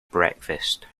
breakfast